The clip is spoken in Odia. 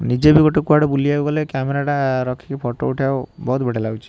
ନିଜେ ବି କୁଆଡ଼େ ଗୋଟେ ବୁଲିବାକୁ ଗଲେ କ୍ୟାମେରାଟା ରଖିକି ଫଟୋ ଉଠାଇବାକୁ ବହୁତ ବଢ଼ିଆ ଲାଗୁଛି